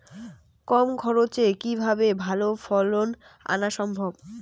কম খরচে কিভাবে ভালো ফলন আনা সম্ভব?